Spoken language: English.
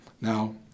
Now